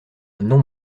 non